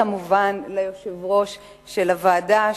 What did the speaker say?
וכמובן ליושב-ראש הוועדה,